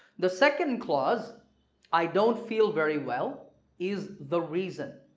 the second clause i don't feel very well is the reason